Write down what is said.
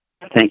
Thank